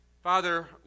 Father